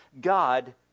God